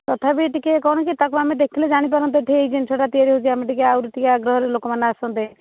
ତଥାପି ଟିକିଏ କ'ଣ କି ତା'କୁ ଆମେ ଦେଖିଲେ ଜାଣିପାରନ୍ତେ ଠିକ୍ ଜିନିଷଟା ତିଆରି ହେଉଛି ଆମେ ଟିକିଏ ଆହୁରି ଟିକିଏ ଆଗ୍ରହରେ ଲୋକମାନେ ଆସନ୍ତେ